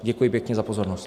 Děkuji pěkně za pozornost.